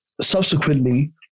subsequently